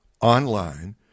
online